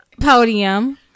podium